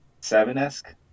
Seven-esque